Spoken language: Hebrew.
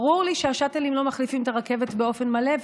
ברור לי שהשאטלים לא מחליפים את הרכבת באופן מלא.